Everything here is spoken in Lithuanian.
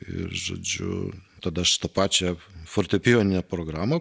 ir žodžiu tada aš tą pačią fortepijonę programą